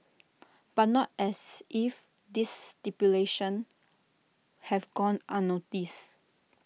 but not as if this stipulations have gone unnoticed